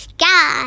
Sky